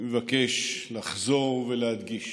אני מבקש לחזור ולהדגיש